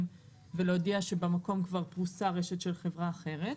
ולהודיע שבמקום כבר פרוסה רשת של חברה אחרת.